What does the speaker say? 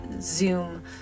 Zoom